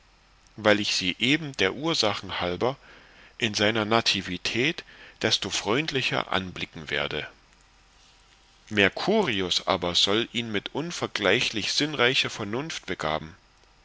weil ich sie eben der ursachen halber in seiner nativität desto freundlicher anblicken werde mercurius aber soll ihn mit unvergleichlich sinnreicher vernunft begaben